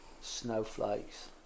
Snowflakes